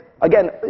again